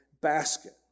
basket